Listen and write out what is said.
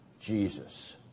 Jesus